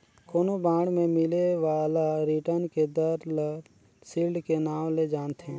कोनो बांड मे मिले बाला रिटर्न के दर ल सील्ड के नांव ले जानथें